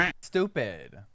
stupid